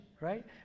right